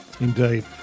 Indeed